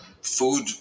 food